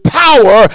power